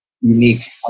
unique